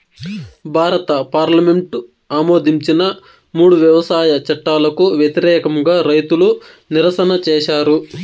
భారత పార్లమెంటు ఆమోదించిన మూడు వ్యవసాయ చట్టాలకు వ్యతిరేకంగా రైతులు నిరసన చేసారు